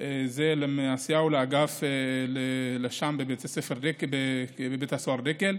לשומרי מסורת מעשיהו לאגף שומרי מסורת בבית הסוהר דקל.